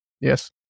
Yes